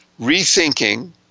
rethinking